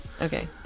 Okay